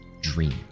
Dream